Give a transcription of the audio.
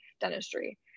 dentistry